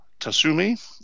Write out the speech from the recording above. Tasumi